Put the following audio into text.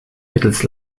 mittels